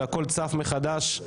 שהכול צף מחדש,